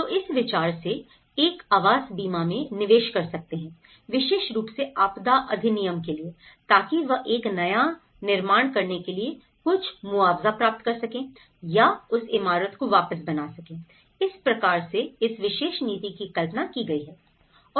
तो इस विचार से एक आवास बीमा मैं निवेश कर सकते हैं विशेष रूप से आपदा अधिनियम के लिए ताकि वे एक नया निर्माण करने के लिए कुछ मुआवजा प्राप्त कर सकें या उस इमारत को वापस बना सके इस प्रकार से इस विशेष नीति की कल्पना की गई है